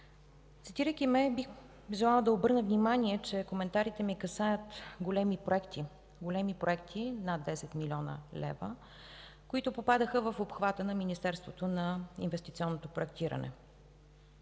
Цитирайки се, бих желала да обърна внимание, че коментарите ми касаят големи проекти – големи проекти за над 10 млн. лв., които попадаха в обхвата на Министерството на инвестиционното проектиране.